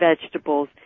vegetables